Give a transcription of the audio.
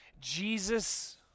Jesus